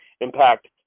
impact